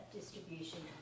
Distribution